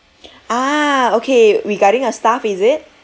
ah okay regarding a staff is it